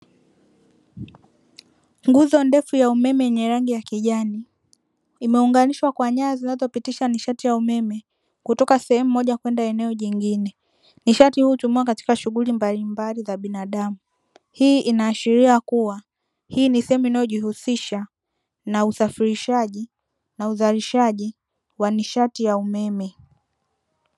Nguzo ndefu ya umeme yenye rangi ya kijani imeunganishwa kwa nyaya zinazopitisha nishati ya umeme kutoka sehemu moja kwenda eneo lingine, nishati hii hutumiwa katika shughuli mbalimbali za binadamu. Hii inaashiria kuwa hii ni sehemu inayojihusisha na usafirishaji na uzalishaji wa nishati ya umeme.